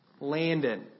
Landon